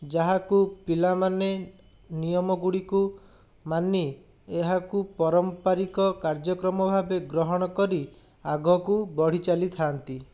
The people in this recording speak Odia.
ଯାହାକୁ ପିଲାମାନେ ନିୟମଗୁଡ଼ିକୁ ମାନି ଏହାକୁ ପାରମ୍ପାରିକ କାର୍ଯ୍ୟକ୍ରମ ଭାବେ ଗ୍ରହଣ କରି ଆଗକୁ ବଢ଼ିଚାଲିଥାନ୍ତି